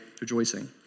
rejoicing